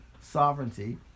sovereignty